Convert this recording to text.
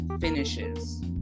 finishes